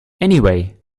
anyway